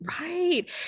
right